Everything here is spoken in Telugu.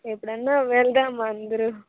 ఎప్పుడన్నా వెళ్దాం అందరూ